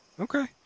Okay